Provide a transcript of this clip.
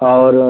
और